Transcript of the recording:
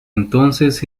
entonces